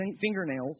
fingernails